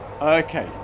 okay